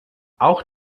auch